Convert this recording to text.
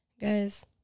Guys